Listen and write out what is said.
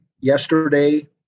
yesterday